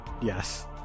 Yes